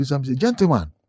Gentlemen